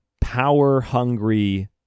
power-hungry